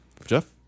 Jeff